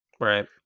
Right